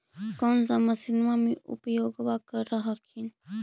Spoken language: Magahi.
कौन सा मसिन्मा मे उपयोग्बा कर हखिन?